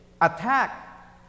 attack